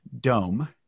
dome